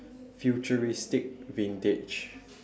futuristic vintage